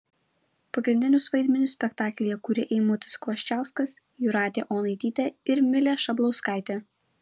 pagrindinius vaidmenis spektaklyje kuria eimutis kvoščiauskas jūratė onaitytė ir milė šablauskaitė